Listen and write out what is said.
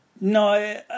No